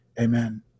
Amen